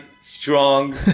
strong